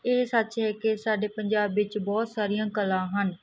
ਇਹ ਸੱਚ ਹੈ ਕਿ ਸਾਡੇ ਪੰਜਾਬ ਵਿਚ ਬਹੁਤ ਸਾਰੀਆਂ ਕਲਾ ਹਨ